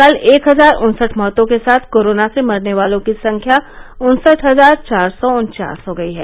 कल एक हजार उन्सठ मौतों के साथ कोरोना से मरने वालों की संख्या उन्सठ हजार चार सौ उन्चास हो गई है